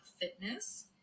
fitness